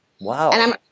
Wow